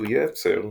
הוא ייעצר.